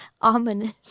ominous